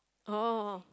oh